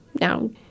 Now